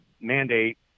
mandate